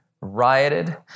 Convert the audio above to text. rioted